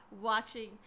watching